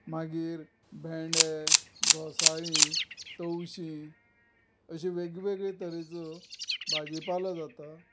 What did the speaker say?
मागीर भेंडे गोसाळी तवशीं अशें वेगवेगळे तरेच्यो भाजी पालो जाता